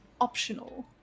optional